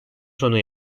sona